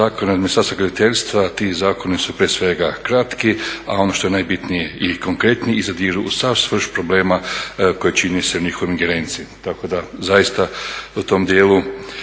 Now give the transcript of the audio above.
Tako da zaista u tom dijelu